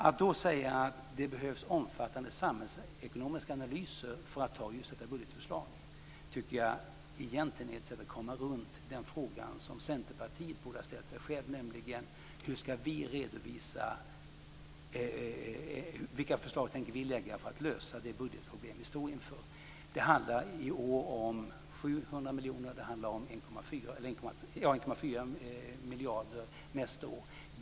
Att då säga att det behövs omfattande samhällsekonomiska analyser för att anta det budgetförslaget tycker jag egentligen är ett sätt att komma runt den fråga som Centerpartiet borde ha ställt sig självt, nämligen: Vilka förslag tänker vi lägga fram för att lösa de budgetproblem som vi står inför? Det handlar i år om 700 miljoner, 1,4 miljarder nästa år.